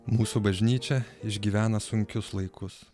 mūsų bažnyčia išgyvena sunkius laikus